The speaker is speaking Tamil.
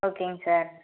ஓகேங்க சார்